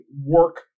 work